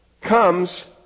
comes